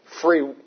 free